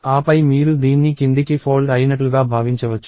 ఆపై మీరు దీన్ని కిందికి ఫోల్డ్ అయినట్లుగా భావించవచ్చు